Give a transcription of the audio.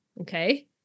okay